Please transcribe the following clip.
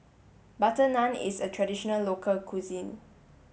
butter naan is a traditional local cuisine